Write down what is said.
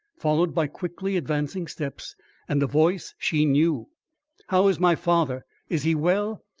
followed by quickly advancing steps and a voice she knew how is my father? is he well?